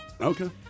okay